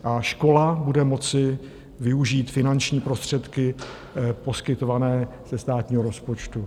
A škola bude moci využít finanční prostředky poskytované ze státního rozpočtu.